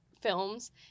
films